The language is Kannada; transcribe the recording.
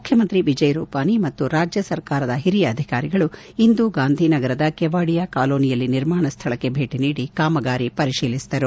ಮುಖ್ಯಮಂತ್ರಿ ವಿಜಯ್ ರೂಪಾನಿ ಮತ್ತು ರಾಜ್ಲಸರ್ಕಾರದ ಹಿರಿಯ ಅಧಿಕಾರಿಗಳು ಇಂದು ಗಾಂಧಿನಗರದ ಕೆವಾಡಿಯಾ ಕಾಲೋನಿಯಲ್ಲಿ ನಿರ್ಮಾಣ ಸ್ಥಳಕ್ಕೆ ಭೇಟ ನೀಡಿ ಕಾಮಗಾರಿ ಪರಿಶೀಲಿಸಿದರು